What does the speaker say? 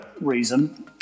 reason